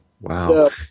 Wow